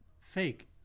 Fake